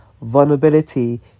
vulnerability